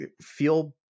feel